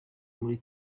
muri